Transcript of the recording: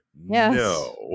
no